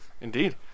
Indeed